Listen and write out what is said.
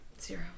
Zero